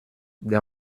des